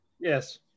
Yes